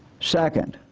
second,